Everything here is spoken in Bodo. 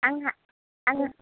आंहा आङो